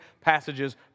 passages